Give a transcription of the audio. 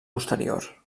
posterior